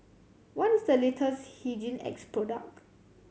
what is the latest Hygin X product